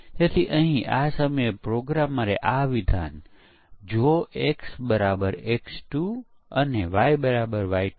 તેથી વપરાશ આધારિત પરીક્ષણ એ એક બાબત છે કે જે પરીક્ષણનું આયોજન કરતી વખતે ધ્યાનમાં લેવી જોઈએ